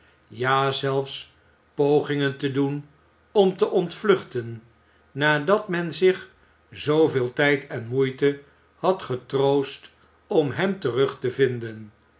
ja zelfs pogingen te doen om te ontvluchten nadat men zich zooveel tijd en moeite had getroost om hem terug te vinden